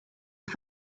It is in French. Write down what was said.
des